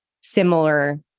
similar